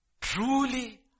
truly